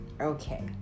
Okay